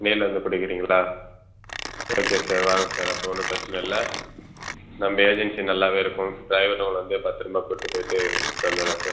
நேரில் வந்து கொடுக்குறீங்களா ஓகே சார் வாங்க சார் அப்போ ஒன்றும் பிரச்சின இல்லை நம்ம ஏஜென்சி நல்லாவே இருக்கும் ட்ரைவர் உங்களை வந்து பத்தரமாக கூப்பிட்டு போயிட்டு கூப்பிட்டு வந்துருவாரு சார்